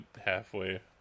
halfway